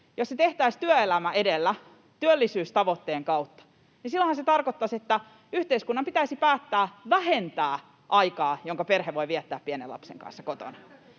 se tehtäisiin työelämä edellä työllisyystavoitteen kautta, niin yhteiskunnan pitäisi päättää vähentää aikaa, jonka perhe voi viettää pienen lapsen kanssa kotona.